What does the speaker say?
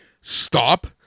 stop